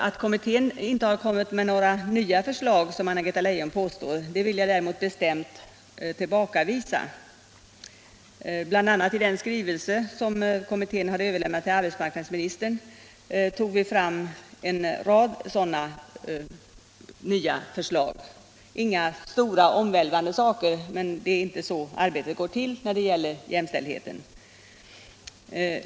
Att kommittén inte har kommit med några nya förslag, som Anna Greta Leijon påstår, vill jag däremot bestämt tillbakavisa. Bl. a. i den skrivelse som kommittén har överlämnat till arbetsmarknadsministern redovisades en rad sådana nya förslag. Det var inga stora omvälvande saker, men det är inte så arbetet går till när det gäller jämställdheten.